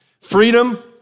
Freedom